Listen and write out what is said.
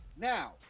Now